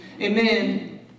Amen